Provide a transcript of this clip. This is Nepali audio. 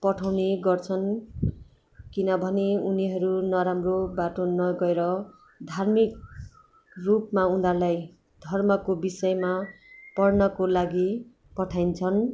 पढाउने गर्छन् किनभने उनीहरू नराम्रो बाटो नगएर धार्मिक रूपमा उनीहरूलाई धर्मको विषयमा पढ्नको लागि पठाइन्छन्